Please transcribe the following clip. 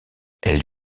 elle